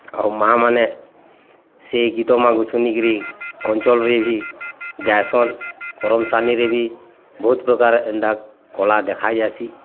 ଆଉ ମାଆ ମାନେ ସେଇ ଗୀତମାନଙ୍କୁ ଶୁନିକିରି ଅଞ୍ଚଲରେ ଭି ଗାଏସନ୍ କର୍ମସାନିରେ ବି ବହୁତ୍ ପ୍ରକାର ଏନ୍ତା କଳା ଦେଖାଇ ଯାସି